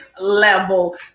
level